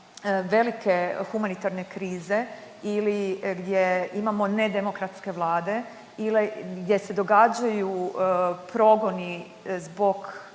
velike humanitarne krize ili gdje imamo nedemokratske vlade ili gdje se događaju progoni zbog